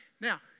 Now